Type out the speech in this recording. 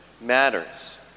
matters